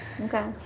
Okay